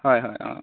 হয় হয় অঁ